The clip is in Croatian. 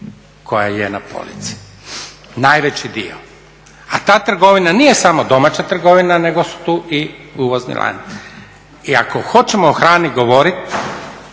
koja je na polici, najveći dio. A ta trgovina nije samo domaća trgovina, nego su tu i uvozni lanci i ako hoćemo o hrani govoriti